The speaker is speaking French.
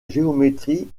géométrie